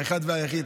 האחד והיחיד,